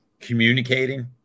communicating